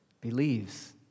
believes